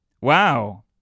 wow